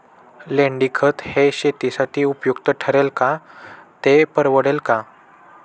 लेंडीखत हे शेतीसाठी उपयुक्त ठरेल का, ते परवडेल का?